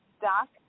Doc